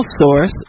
source